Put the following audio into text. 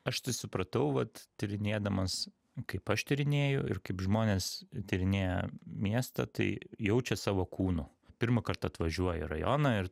aš tai supratau vat tyrinėdamas kaip aš tyrinėju ir kaip žmonės tyrinėja miestą tai jaučia savo kūnu pirmąkart atvažiuoja į rajoną ir